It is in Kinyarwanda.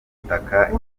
ubutaka